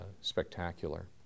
spectacular